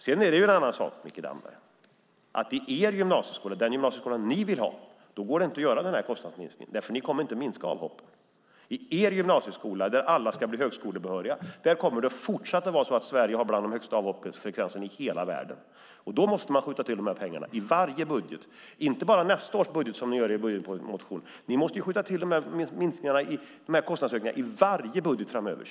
Sedan är det en annan sak, Mikael Damberg, att i den gymnasieskola som ni vill ha går det inte att göra den här kostnadsminskningen, därför att den kommer inte att minska avhoppen. I er gymnasieskola, där alla ska bli högskolebehöriga, kommer Sverige fortsatt att vara ett av de länder i världen som har högst avhoppsfrekvens. Då måste man skjuta till de här pengarna i varje budget, inte bara i nästa års budget som ni gör i budgetmotionen, utan ni måste skjuta till de här kostnadsökningarna i varje budget framöver.